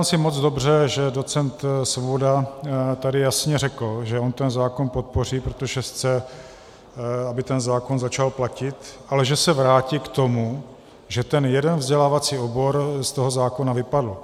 Vzpomínám si moc dobře, že docent Svoboda tady jasně řekl, že on ten zákon podpoří, protože chce, aby zákon začal platit, ale že se vrátí k tomu, že ten jeden vzdělávací obor z toho zákona vypadl.